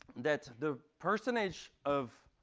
that the percentage of